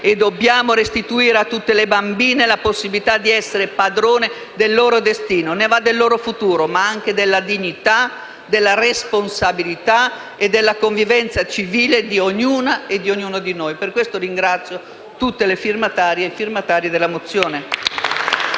dobbiamo restituire a tutte le bambine la possibilità di essere padrone del loro destino. Ne va del loro futuro, ma anche della dignità, della responsabilità e della convivenza civile di ognuna e di ognuno di noi. Per questo ringrazio tutte le firmatarie e i firmatari della mozione.